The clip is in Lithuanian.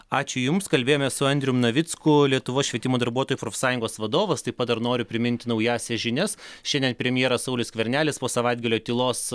ačiū jums kalbėjome su andrium navicku lietuvos švietimo darbuotojų profsąjungos vadovas taip pat dar noriu priminti naująsias žinias šiandien premjeras saulius skvernelis po savaitgalio tylos